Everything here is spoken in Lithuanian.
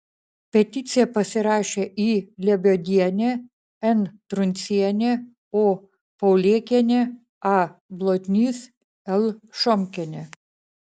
peticiją pasirašė i lebiodienė n truncienė o paulėkienė a blotnys l šomkienė